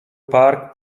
park